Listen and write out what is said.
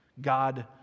God